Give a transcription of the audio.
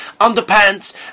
underpants